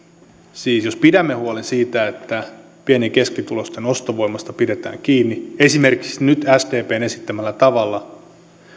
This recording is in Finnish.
siis jos pidämme huolen siitä että pieni ja keskituloisten ostovoimasta pidetään kiinni esimerkiksi nyt sdpn esittämällä tavalla